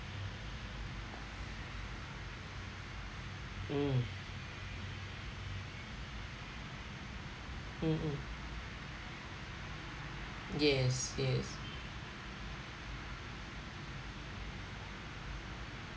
mm mm mm yes yes